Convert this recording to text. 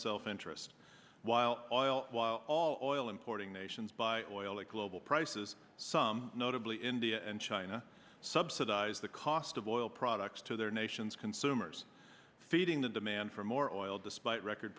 self interest while oil oil importing nations by oil and global prices some notably india and china subsidize the cost of oil products to their nations consumers feeding the demand for more oil despite record